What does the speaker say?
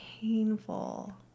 painful